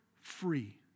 free